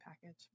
Package